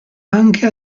anche